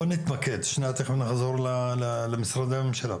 בוא נתמקד, תיכף נחזור למשרדי הממשלה.